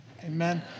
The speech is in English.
Amen